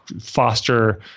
foster